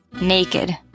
naked